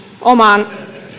omaan